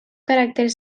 caràcter